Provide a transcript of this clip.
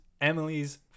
Emily's